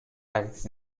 act